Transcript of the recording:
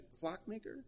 clockmaker